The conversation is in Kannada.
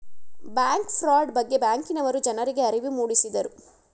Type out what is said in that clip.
ಬ್ಯಾಂಕ್ ಫ್ರಾಡ್ ಬಗ್ಗೆ ಬ್ಯಾಂಕಿನವರು ಜನರಿಗೆ ಅರಿವು ಮೂಡಿಸಿದರು